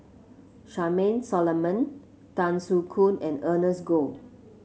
Charmaine Solomon Tan Soo Khoon and Ernest Goh